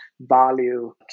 value